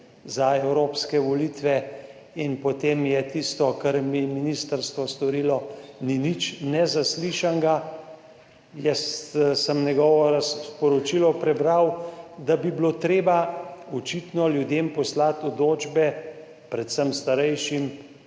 za evropske volitve in potem je tisto kar je ministrstvo storilo, ni nič nezaslišanega. Jaz sem njegovo sporočilo prebral, da bi bilo treba očitno ljudem poslati odločbe, predvsem starejšim,